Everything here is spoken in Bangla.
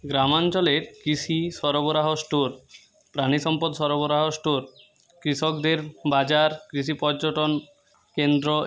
গ্রামাঞ্চলের কৃষি সরবরাহ স্টোর প্রাণী সম্পদ সরবরাহ স্টোর কৃষকদের বাজার কৃষি পর্যটনকেন্দ্র